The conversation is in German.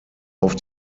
auf